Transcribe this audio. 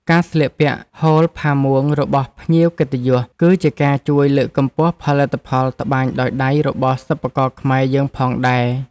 ការស្លៀកពាក់ហូលផាមួងរបស់ភ្ញៀវកិត្តិយស គឺជាការជួយលើកកម្ពស់ផលិតផលត្បាញដោយដៃរបស់សិប្បករខ្មែរយើងផងដែរ។